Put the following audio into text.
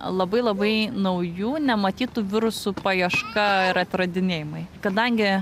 labai labai naujų nematytų virusų paieška ir atradinėjimai kadangi